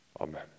Amen